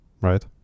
right